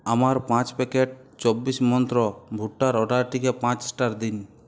আমার পাঁচ প্যাকেট চব্বিশ মন্ত্র ভুট্টার অর্ডারটিকে পাঁচ স্টার দিন